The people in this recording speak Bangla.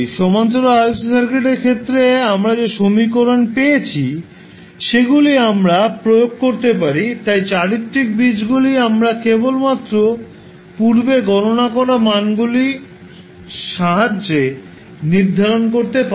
সমান্তরাল RLC সার্কিটের ক্ষেত্রে আমরা যে সমীকরণ পেয়েছি সেগুলি আমরা প্রয়োগ করতে পারি তাই চারিত্রিক বীজগুলি আমরা কেবলমাত্র পূর্বে গণনা করা মানগুলির সাহায্যে নির্ধারণ করতে পারি